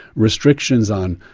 restrictions on,